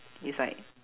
is like